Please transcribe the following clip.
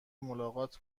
ملاقات